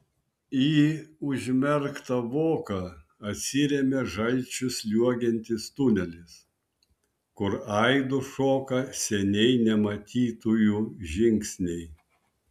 į užmerktą voką atsiremia žalčiu sliuogiantis tunelis kur aidu šoka seniai nematytųjų žingsniai